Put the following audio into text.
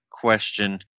question